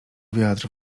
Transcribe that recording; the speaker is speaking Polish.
wiatr